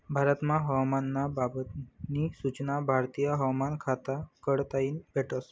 भारतमा हवामान ना बाबत नी सूचना भारतीय हवामान खाता कडताईन भेटस